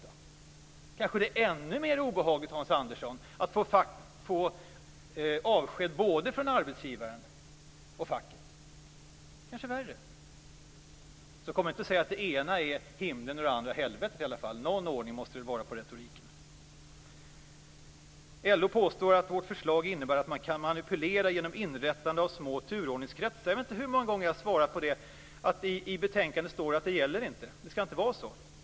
Det kanske är ännu mer obehagligt, Hans Andersson, att få avsked både från arbetsgivaren och från facket. Det kanske är värre. Så kom inte och säg att det ena är himlen och det andra är helvetet i alla fall. Någon ordning måste det väl vara på retoriken. LO påstår att vårt förslag innebär att man kan manipulera genom inrättande av små turordningskretsar. Jag vet inte hur många gånger jag har svarat att det i betänkandet står att det inte gäller. Det skall inte vara så.